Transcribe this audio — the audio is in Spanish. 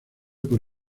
por